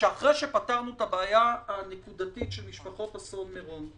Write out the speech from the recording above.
שאחרי שפתרנו את הבעיה הנקודתית של משפחות אסון מירון,